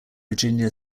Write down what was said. virginia